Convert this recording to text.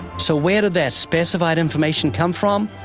so, where did that specified information come from?